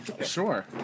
Sure